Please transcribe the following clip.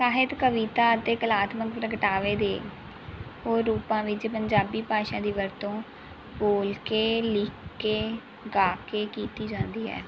ਸਾਹਿਤ ਕਵਿਤਾ ਅਤੇ ਕਲਾਤਮਿਕ ਪ੍ਰਗਟਾਵੇ ਦੇ ਹੋਰ ਰੂਪਾਂ ਵਿੱਚ ਪੰਜਾਬੀ ਭਾਸ਼ਾ ਦੀ ਵਰਤੋਂ ਬੋਲ ਕੇ ਲਿੱਖ ਕੇ ਗਾ ਕੇ ਕੀਤੀ ਜਾਂਦੀ ਹੈ